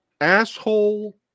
asshole